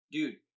Dude